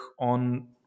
on